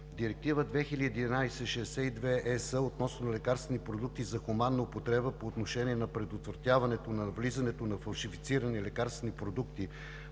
Директива 2011/62 ЕС относно лекарствени продукти за хуманна употреба по отношение на предотвратяването на влизането на фалшифицирани лекарствени продукти